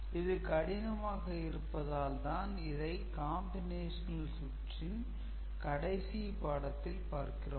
இது கடினமாக இருப்பதால் தான் இதை "Combinational" சுற்றின் கடைசி பாடத்தில் பார்க்கிறோம்